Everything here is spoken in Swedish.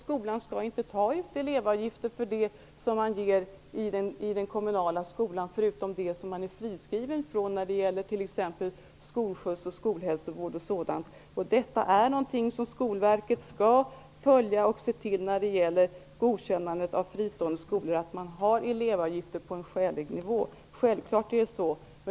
Skolan skall inte ta ut elevavgifter för det som man ger i den kommunala skolan förutom det som man är friskriven från, t.ex. skolskjuts och skolhälsovård. Skolverket skall, när det gäller godkännandet av fristående skolor, följa och se till att man har elevavgifter på en skälig nivå. Detta är självklart.